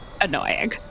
annoying